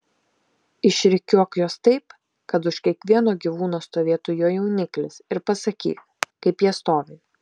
išrikiuok juos taip kad už kiekvieno gyvūno stovėtų jo jauniklis ir pasakyk kaip jie stovi